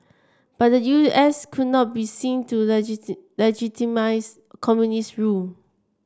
but the U S could not be seen to legitimise communist rule